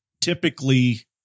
typically